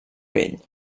pell